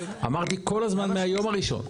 אמרתי כל הזמן מהיום הראשון,